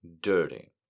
dirty